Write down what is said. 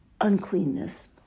uncleanness